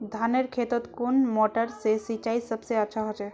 धानेर खेतोत कुन मोटर से सिंचाई सबसे अच्छा होचए?